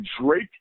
Drake